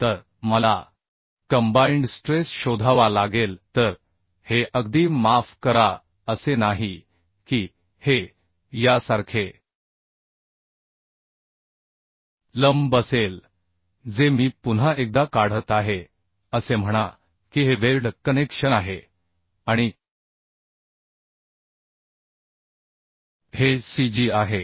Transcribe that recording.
तर मला combined stress शोधावा लागेल तर हे अगदी माफ करा असे नाही की हे यासारखे लंब असेल जे मी पुन्हा एकदा काढत आहे असे म्हणा की हे वेल्ड कनेक्शन आहे आणि हे cg आहे